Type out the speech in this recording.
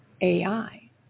AI